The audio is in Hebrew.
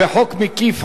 בחוק מקיף,